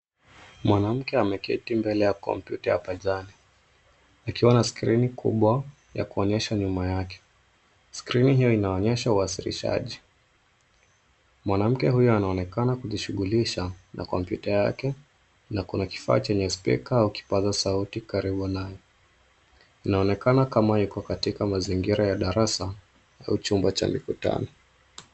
Mwanamke ameketi mbele ya kompyuta ya pajani, akiwa na skrini kubwa kuonyesha nyuma yake. Skrini hiyo inaonyesha uwasilishaji. Mwanamke huyu anaonekana kujishighulisha na kompyuta yake na kuna kifaa chenye spika au kipazasauti karibu naye. Anaonekana kama yuko katika mazingira ya darasa au chumba cha mikutano.